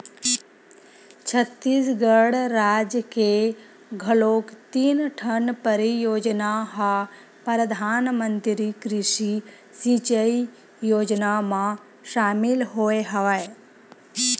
छत्तीसगढ़ राज के घलोक तीन ठन परियोजना ह परधानमंतरी कृषि सिंचई योजना म सामिल होय हवय